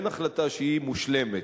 אין החלטה שהיא מושלמת,